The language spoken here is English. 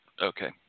Okay